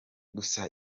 gusa